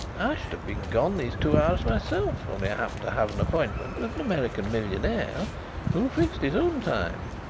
i should have been gone these two hours myself only i happened to have an appointment with an american millionaire who fixed his own time.